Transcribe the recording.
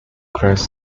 grace